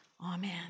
Amen